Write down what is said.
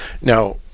Now